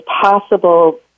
possible